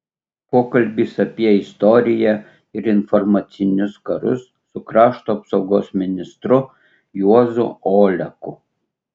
pokalbis apie istoriją ir informacinius karus su krašto apsaugos ministru juozu oleku